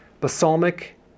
Balsamic